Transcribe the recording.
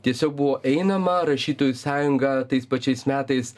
tiesiog buvo einama rašytojų sąjunga tais pačiais metais